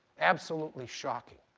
absolutely shocking.